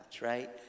right